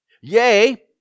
Yea